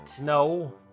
No